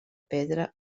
pedra